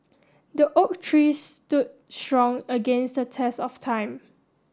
the oak tree stood strong against the test of time